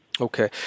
Okay